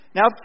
Now